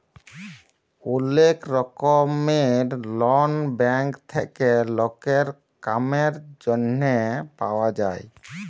ওলেক রকমের loan bank থেক্যে লকের কামের জনহে পাওয়া যায়